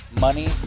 money